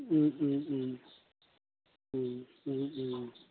ও ও ও ও ও ও